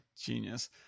Genius